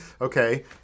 okay